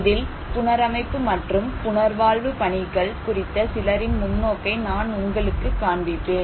இதில் புனரமைப்பு மற்றும் புனர்வாழ்வு பணிகள் குறித்த சிலரின் முன்னோக்கை நான் உங்களுக்குக் காண்பிப்பேன்